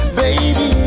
baby